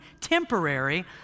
temporary